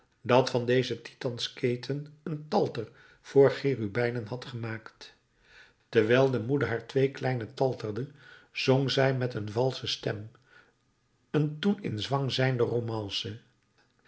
dat van dezen titansketen een talter voor cherubijnen had gemaakt terwijl de moeder haar twee kleinen talterde zong zij met een valsche stem een toen in zwang zijnde romance